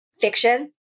fiction